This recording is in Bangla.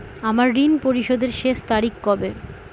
আমার ঋণ পরিশোধের শেষ তারিখ কবে?